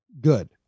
Good